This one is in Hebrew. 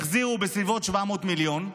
הם החזירו בסביבות 700 מיליון.